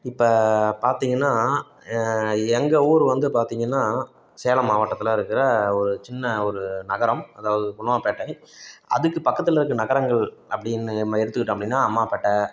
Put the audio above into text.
இப்போ பார்த்தீங்கன்னா எங்கள் ஊர் வந்து பார்த்தீங்கன்னா சேலம் மாவட்டத்தில் இருக்கிற ஒரு சின்ன ஒரு நகரம் அதாவது குணுவாப்பேட்டை அதுக்கு பக்கத்தில் இருக்கிற நகரங்கள் அப்படின்னு நம்ம எடுத்துக்கிட்டோம் அப்படின்னா அம்மாபேட்டை